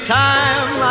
time